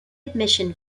admission